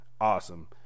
awesome